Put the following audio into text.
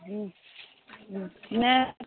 हूँ हूँ नहि